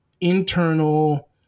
internal